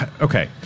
okay